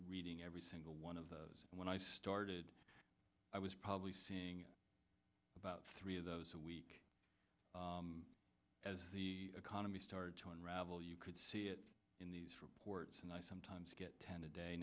reading every single one of those when i started i was probably seeing about three of those a week as the economy started to unravel you could see it in these reports and i sometimes get ten a day